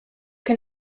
can